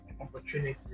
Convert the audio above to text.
opportunity